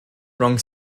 rhwng